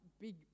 big